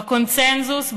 בקונסנזוס,